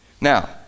Now